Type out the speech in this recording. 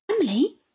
Emily